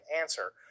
answer